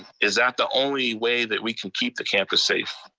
is that the only way that we can keep the campus safe?